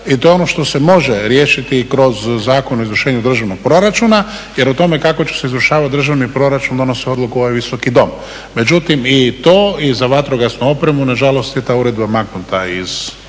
i to je ono što se može riješiti kroz Zakon o izvršenju državnog proračuna jer o tome kako će se izvršavati državni proračun donosi odluku ovaj visoki dom. Međutim, i to i za vatrogasnu opremu nažalost je ta uredba maknuta iz